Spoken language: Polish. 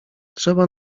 trzeba